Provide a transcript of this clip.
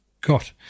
got